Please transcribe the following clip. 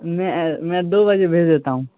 میں میں دو بجے بھیج دیتا ہوں